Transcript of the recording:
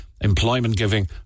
employment-giving